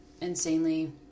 insanely